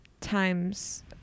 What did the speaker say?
Times